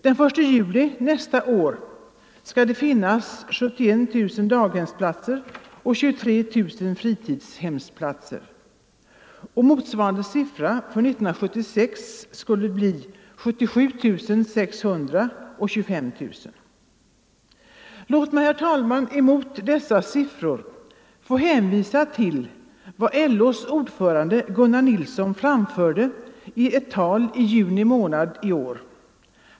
Den 1 juli nästa år skall det finnas 71000 daghemsplatser och 23 000 fritidshemsplatser. Motsvarande siffror för 1976 skulle bli 77 600 och 25 000. Låt mig mot bakgrund av dessa siffror få hänvisa till vad LO:s ordförande Gunnar Nilsson framförde i ett tal i juni månad i år.